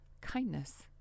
Kindness